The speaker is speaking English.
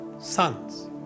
sons